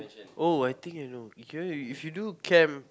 oh I think I know if you do camp